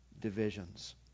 divisions